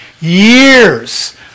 years